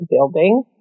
building